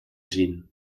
zien